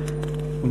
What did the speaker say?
ברכה.